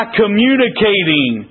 communicating